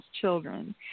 children